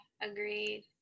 Agreed